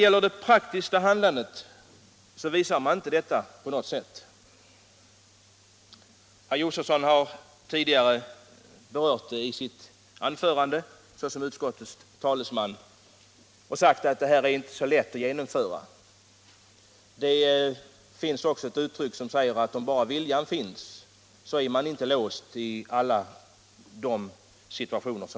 I det praktiska handlandet visar man inte något sådant. I sitt tidigare anförande sade herr Josefson såsom utskottets talesman att det här inte var så lätt att genomföra. Men om bara viljan finns så är man inte låst vid vad man hänvisat till i olika situationer.